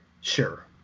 Sure